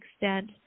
extent